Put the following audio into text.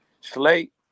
Slate